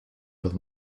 with